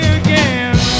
again